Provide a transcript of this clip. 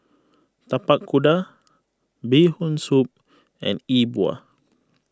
Tapak Kuda Bee Hoon Soup and E Bua